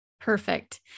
Perfect